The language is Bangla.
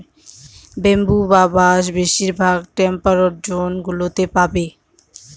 ব্যাম্বু বা বাঁশ বেশিরভাগ টেম্পারড জোন গুলোতে পাবে